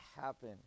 happen